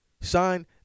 sign